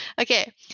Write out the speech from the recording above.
Okay